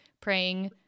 praying